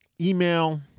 email